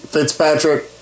Fitzpatrick